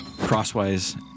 crosswise